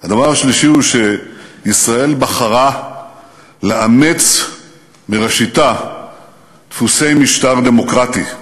הדבר השלישי הוא שישראל בחרה לאמץ מראשיתה דפוסי משטר דמוקרטי.